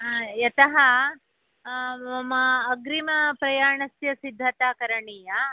यतः मम अग्रिमप्रयाणस्य सिद्धता करणीया